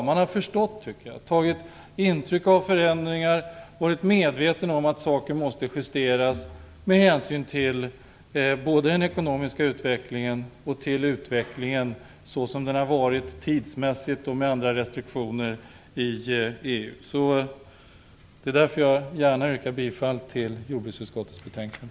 Man har förstått, tagit intryck av förändringar och varit medveten om att saker måste justeras med hänsyn till både den ekonomiska utvecklingen och till utvecklingen i EU så som den har varit tidsmässigt och med andra restriktioner. Det är därför som jag nu gärna yrkar bifall till hemställan i jordbruksutskottet betänkande.